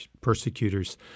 persecutors